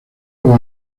los